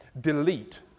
delete